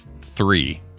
three